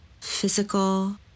physical